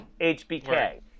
HBK